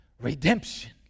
redemption